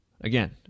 Again